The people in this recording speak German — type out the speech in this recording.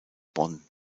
bonn